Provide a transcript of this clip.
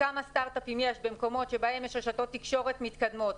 כמה סטרטאפים יש במקומות בהם יש רשתות תקשורת מתקדמות,